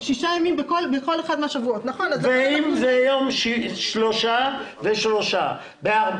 אנחנו מדברים רק על ימי עבודה.